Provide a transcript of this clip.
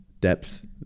depth